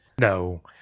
No